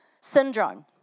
Syndrome